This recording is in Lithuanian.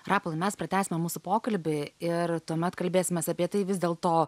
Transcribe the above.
rapolai mes pratęsime mūsų pokalbį ir tuomet kalbėsimės apie tai vis dėlto